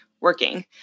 working